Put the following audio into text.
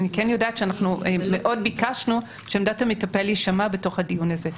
אני כן יודעת שמאוד ביקשנו שעמדת המטפל תישמע בדיון הזה.